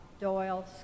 Doyle